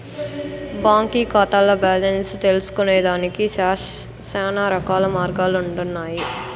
బాంకీ కాతాల్ల బాలెన్స్ తెల్సుకొనేదానికి శానారకాల మార్గాలుండన్నాయి